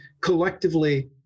collectively